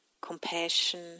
compassion